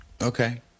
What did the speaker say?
Okay